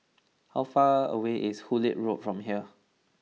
how far away is Hullet Road from here